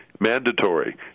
Mandatory